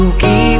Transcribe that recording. keep